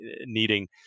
needing